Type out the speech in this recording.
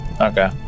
Okay